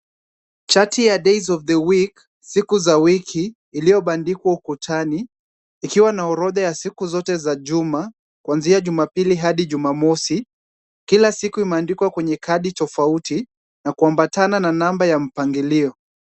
Chati ya days of the week siku za wiki iliyobandikwa ukutani, ikiwa na orodha ya siku zote za juma, kwanzia Jumapili hadi Jumamosi. Kila siku imeandikwa kwenye kadi tofauti na kuambatana na namba ya mpangilio.